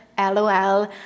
LOL